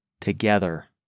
together